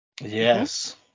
Yes